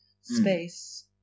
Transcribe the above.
space